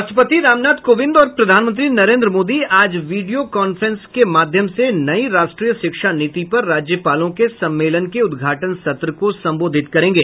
राष्ट्रपति रामनाथ कोविंद और प्रधानमंत्री नरेन्द्र मोदी आज वीडियो कांफ्रेंस के माध्यम से नई राष्ट्रीय शिक्षा नीति पर राज्यपालों के सम्मेलन के उदघाटन सत्र को संबोधित करेंगे